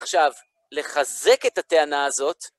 עכשיו, לחזק את הטענה הזאת.